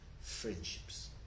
Friendships